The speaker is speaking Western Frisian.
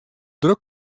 druk